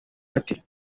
ate